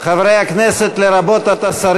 מאת חברת הכנסת תמר זנדברג,